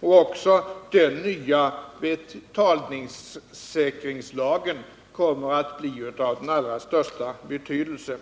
Också den nya betalningssäkringslagen kommer att bli av den allra största betydelse.